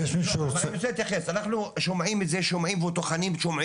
אני רוצה להתייחס, אנחנו שומעים וטוחנים.